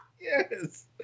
Yes